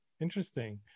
Interesting